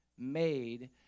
made